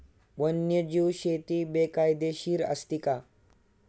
वन्यजीव शेती बेकायदेशीर असते का?